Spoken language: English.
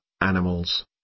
animals